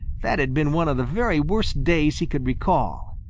that had been one of the very worst days he could recall.